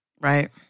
Right